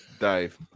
Dave